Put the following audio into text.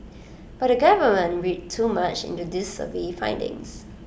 but the government read too much into these survey findings